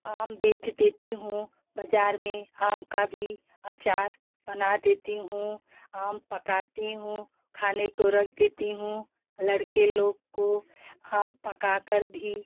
आम बेच देती हूँ बाजार में आम का भी अचार बना देती हूँ आम पकाती हूँ खाने को रख देती हूँ लड़के लोग को आम पका कर भी